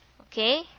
okay